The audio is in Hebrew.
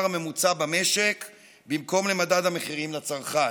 הממוצע במשק במקום למדד המחירים לצרכן.